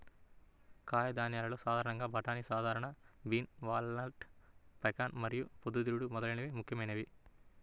కాయధాన్యాలలో సాధారణ బఠానీ, సాధారణ బీన్, వాల్నట్, పెకాన్ మరియు పొద్దుతిరుగుడు మొదలైనవి ముఖ్యమైనవి